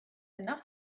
enough